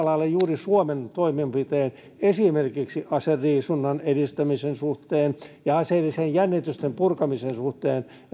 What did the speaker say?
lailla juuri suomen toimenpiteissä esimerkiksi aseriisunnan edistämisen suhteen ja aseellisten jännitysten purkamisen suhteen